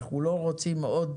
אנחנו לא רוצים עוד